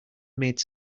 made